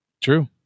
True